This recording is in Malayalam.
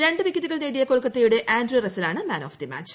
രണ്ട് വിക്കറ്റുകൾ നേടിയ കൊൽക്കത്തയുടെ ആൻഡ്രെ റസ്സലാണ് മാൻ ഓഫ് ദ മാച്ച്